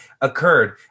occurred